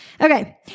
Okay